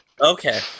Okay